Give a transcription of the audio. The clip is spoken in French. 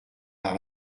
par